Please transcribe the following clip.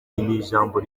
ijambo